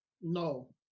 No